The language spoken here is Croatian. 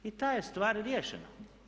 I ta je stvar riješena.